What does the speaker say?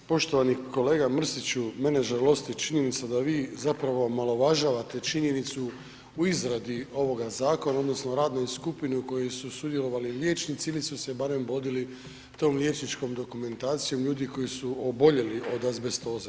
Poštovani kolega Mrsiću, mene žalosti činjenica da vi zapravo omalovažavate činjenicu u izradi ovoga zakona odnosno radnoj skupini u kojoj su sudjelovali liječnici ili su se barem vodili tom liječničkom dokumentacijom ljudi koji su oboljeli od azbestoze.